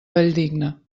valldigna